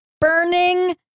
burning